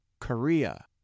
Korea